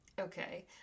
okay